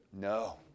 No